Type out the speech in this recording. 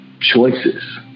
choices